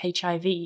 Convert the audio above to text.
HIV